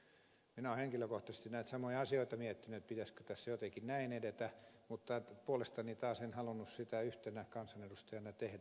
minä olen henkilökohtaisesti näitä samoja asioita miettinyt pitäisikö tässä jotenkin näin edetä mutta puolestani taas en halunnut sitä yhtenä kansanedustajana tehdä